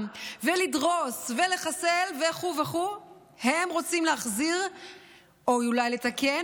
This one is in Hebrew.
ולדרוס ולחסל וכו' וכו' הם רוצים להחזיר או אולי לתקן,